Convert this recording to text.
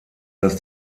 dass